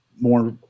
More